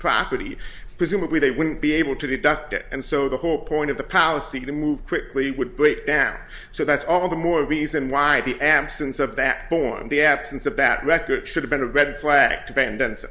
property presumably they wouldn't be able to deduct it and so the whole point of the policy to move quickly would break down so that's all the more reason why the absence of that born in the absence of that record should have been a red flag depend